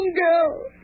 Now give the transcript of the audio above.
girl